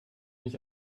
mich